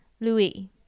Louis